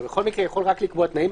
אתה יכול רק לקבוע תנאים.